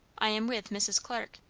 i am with mrs. clarke.